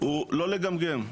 זה לא לגמגם,